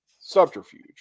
subterfuge